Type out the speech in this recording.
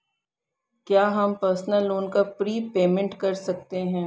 क्या हम personal loan का प्रीपेमेंट कर सकते हैं?